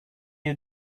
you